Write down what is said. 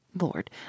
Lord